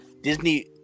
Disney